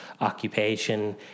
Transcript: occupation